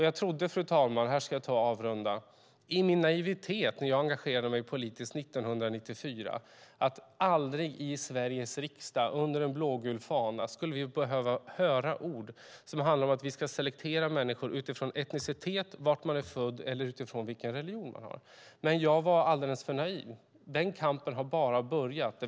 Jag trodde, fru talman, i min naivitet när jag engagerade mig politiskt 1994 aldrig att vi i Sveriges riksdag under en blågul fana skulle behöva höra ord som handlar om att vi ska selektera människor utifrån etnicitet, var man är född eller utifrån vilken religion man har. Men jag var alldeles för naiv. Den kampen har bara börjat.